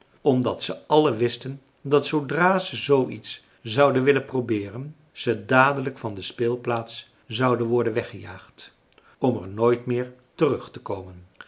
omdat ze alle wisten dat zoodra ze zooiets zouden willen probeeren ze dadelijk van de speelplaats zouden worden weggejaagd om er nooit meer terug te komen